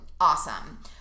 Awesome